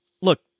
look